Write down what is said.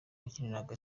wakiniraga